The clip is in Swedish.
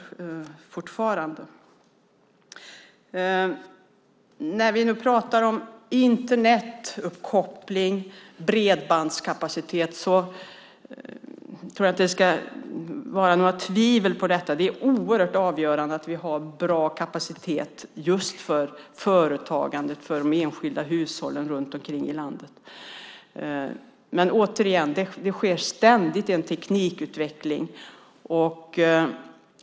När vi nu pratar om Internetkoppling och bredbandskapacitet är det inget tvivel om att det är helt avgörande för företagande och de enskilda hushållen runt omkring i landet att vi har bra kapacitet, och det sker ständigt en teknikutveckling.